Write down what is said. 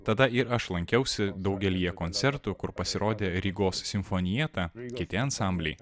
tada ir aš lankiausi daugelyje koncertų kur pasirodė rygos simfonieta kiti ansambliai